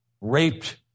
raped